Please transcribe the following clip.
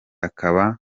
akaba